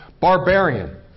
barbarian